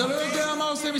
אתה יודע מה הזיה?